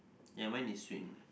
ya mine is string